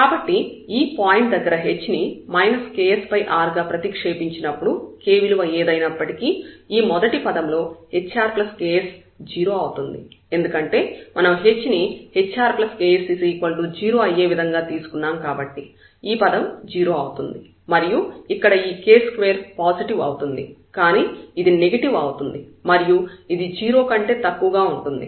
కాబట్టి ఈ పాయింట్ దగ్గర h ని ksr గా ప్రతిక్షేపించినప్పుడు k విలువ ఏదైనప్పటికీ ఈ మొదటి పదంలో hrks 0 అవుతుంది ఎందుకంటే మనం h ని hrks0 అయ్యేవిధంగా తీసుకున్నాం కాబట్టి ఈ పదం 0 అవుతుంది మరియు ఇక్కడ ఈ k2 పాజిటివ్ అవుతుంది కానీ ఇది నెగటివ్ అవుతుంది మరియు ఇది 0 కంటే తక్కువగా ఉంటుంది